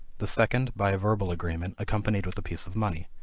the second, by a verbal agreement, accompanied with a piece of money.